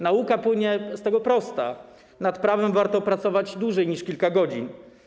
Nauka płynie z tego prosta: nad prawem warto pracować dłużej niż kilka godzin.